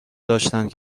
داشتند